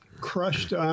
crushed